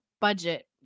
budget